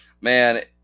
Man